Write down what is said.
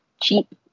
cheap